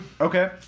Okay